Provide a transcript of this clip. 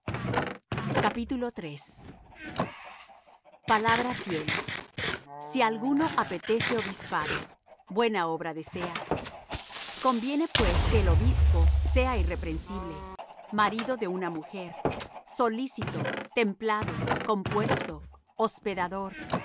modestia palabra fiel si alguno apetece obispado buena obra desea conviene pues que el obispo sea irreprensible marido de una mujer solícito templado compuesto hospedador